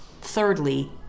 thirdly